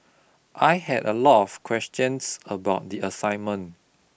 I had a lot of questions about the assignment